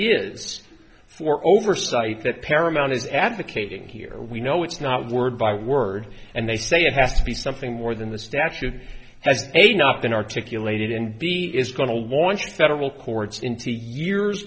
it's for oversight that paramount is advocating here we know it's not word by word and they say it has to be something more than the statute has a not been articulated in b is going to launch federal courts in two years